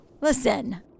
Listen